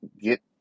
get